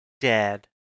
dead